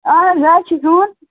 اَہن حظ مے حظ چھُ ہیوٚن